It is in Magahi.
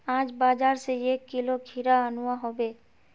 आज बाजार स एक किलो खीरा अनवा हबे